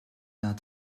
not